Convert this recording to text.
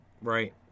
Right